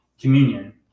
communion